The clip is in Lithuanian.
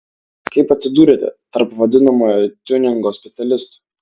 kaip atsidūrėte tarp vadinamojo tiuningo specialistų